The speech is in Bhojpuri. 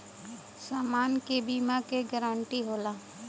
समान के बीमा क गारंटी होला